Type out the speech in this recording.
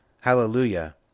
Hallelujah